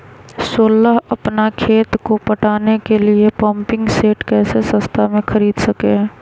सोलह अपना खेत को पटाने के लिए पम्पिंग सेट कैसे सस्ता मे खरीद सके?